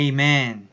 Amen